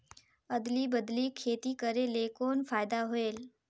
अदली बदली खेती करेले कौन फायदा होयल?